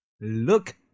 Look